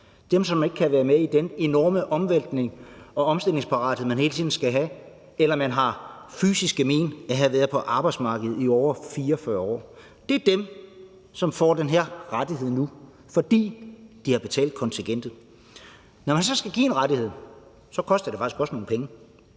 dem, som ikke kan være med i den enorme omvæltning og den omstillingsparathed, man hele tiden skal have; eller dem, som har fysiske men af at have været på arbejdsmarkedet i over 44 år. Det er dem, som får den her rettighed nu, fordi de har betalt kontingentet. Når man så skal give en rettighed, koster det faktisk også nogle penge,